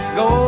go